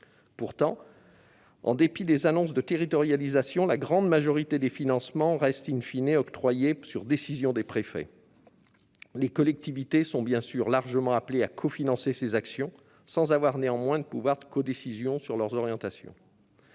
Pourtant, en dépit des annonces de territorialisation, les financements restent en grande majorité octroyés sur décision des préfets. Les collectivités sont bien sûr largement appelées à cofinancer ces actions, sans avoir néanmoins de pouvoir de codécision sur leurs orientations.